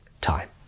time